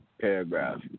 paragraph